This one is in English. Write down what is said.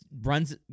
runs